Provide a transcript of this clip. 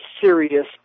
serious